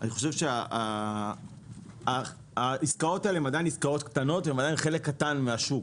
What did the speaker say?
אני חושב שהעסקאות האלה הן עדין עסקאות קטנות והן חלק קטן מהשוק.